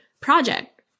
project